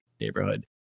neighborhood